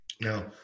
Now